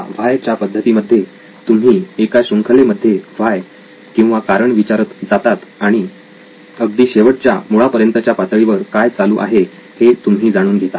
या व्हाय च्या पद्धतीमध्ये तुम्ही एका शृंखले मध्ये व्हाय किंवा कारण विचारत जातात आणि अगदी शेवटच्या मुळा पर्यंतच्या पातळीवर काय चालू आहे हे तुम्ही जाणून घेता